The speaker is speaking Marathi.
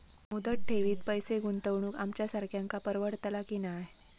मुदत ठेवीत पैसे गुंतवक आमच्यासारख्यांका परवडतला की नाय?